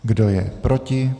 Kdo je proti?